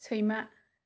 सैमा